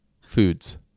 foods